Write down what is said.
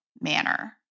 manner